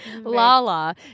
Lala